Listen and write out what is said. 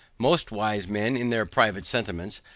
most wise men, in their private sentiments,